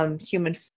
Human